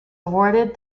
awarded